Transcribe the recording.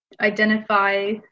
identify